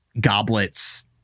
goblets